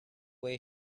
way